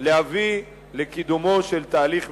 להביא לקידומו של תהליך מדיני.